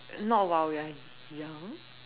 not while we are young